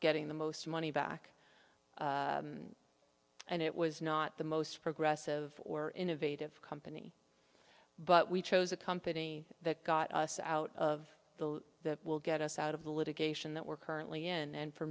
getting the most money back and it was not the most progressive or innovative company but we chose a company that got us out of the that will get us out of the litigation that we're currently in and for